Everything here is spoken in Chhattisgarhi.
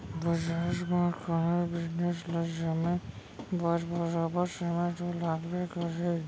बजार म कोनो बिजनेस ल जमे बर बरोबर समे तो लागबे करही